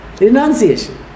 renunciation